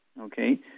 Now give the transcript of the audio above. okay